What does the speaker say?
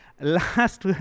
Last